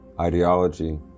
ideology